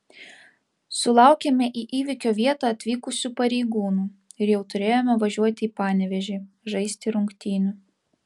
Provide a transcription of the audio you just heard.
sulaukėme į įvykio vietą atvykusių pareigūnų ir jau turėjome važiuoti į panevėžį žaisti rungtynių